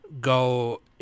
go